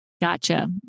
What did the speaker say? Gotcha